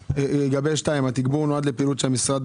לגבי סעיף 2. התגבור נועד לפעילות שהמשרד